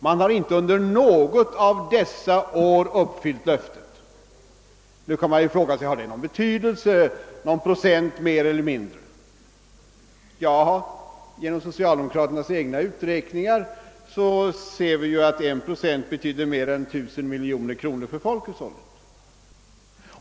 Man har inte något av åren därefter uppfyllt det löftet. Nu kan man fråga sig, om någon procent mer eller mindre har någon betydelse. Av socialdemokraternas egna uträkningar ser vi ju att 1 procent betyder mer än 1 000 miljoner kronor för folkhushållet.